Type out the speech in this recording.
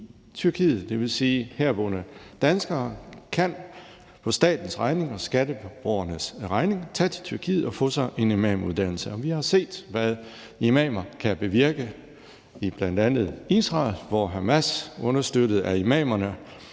Det vil sige, at herboende danskere på statens og skatteborgernes regning kan tage til Tyrkiet og få sig en imamuddannelse, og vi har set, hvad imamer kan bevirke, bl.a. i Israel, hvor Hamas understøttet af imamerne